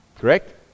Correct